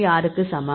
6 க்கு சமம்